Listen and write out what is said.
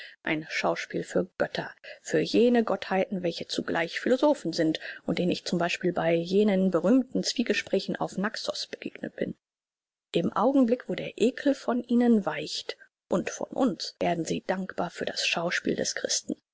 ein schauspiel für götter für jene gottheiten welche zugleich philosophen sind und denen ich zum beispiel bei jenen berühmten zwiegesprächen auf naxos begegnet bin im augenblick wo der ekel von ihnen weicht und von uns werden sie dankbar für das schauspiel des christen